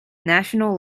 national